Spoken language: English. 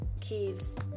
kids